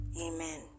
Amen